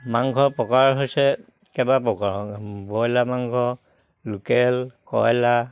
মাংসৰ প্ৰকাৰ হৈছে কেইবা প্ৰকাৰ ব্ৰইলাৰ মাংস লোকেল কয়লা